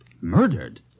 Murdered